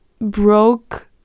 broke